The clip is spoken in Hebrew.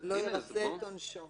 לא ירצה את עונשו.